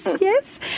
yes